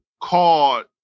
called